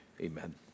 Amen